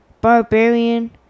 barbarian